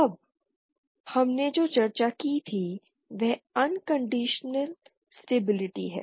अब हमने जो चर्चा की थी वह अनकंडीशनल स्टेबिलिटी है